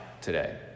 today